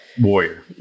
Warrior